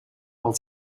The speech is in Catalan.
pel